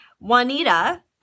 Juanita